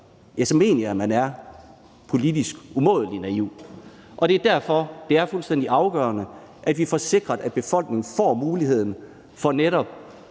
så mener jeg, at man er politisk umådelig naiv. Og det er derfor, det er fuldstændig afgørende, at vi får sikret, at befolkningen får muligheden for netop